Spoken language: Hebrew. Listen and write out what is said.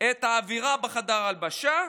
את האווירה בחדר ההלבשה,